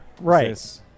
Right